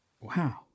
Wow